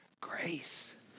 grace